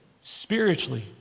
spiritually